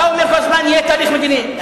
אתה אומר כל הזמן שיהיה תהליך מדיני.